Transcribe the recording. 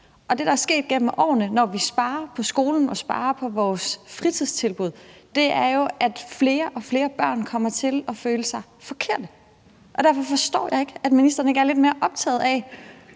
det, der er sket gennem årene, når vi sparer på skolen og sparer på vores fritidstilbud, er jo, at flere og flere børn kommer til at føle sig forkerte. Derfor forstår jeg ikke, at ministeren eller regeringen ikke er mere optaget af